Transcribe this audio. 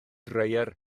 dreier